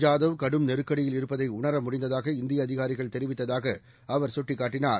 ஜாதவ் கடும் நெருக்கடியில் இருப்பதைஉணரமுடிந்ததாக இந்தியஅதிகாரிகள் தெரிவித்ததாகஅவர் சுட்டிக்காட்டினார்